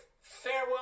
farewell